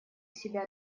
себя